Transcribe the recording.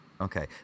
Okay